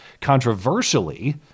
controversially